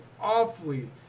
awfully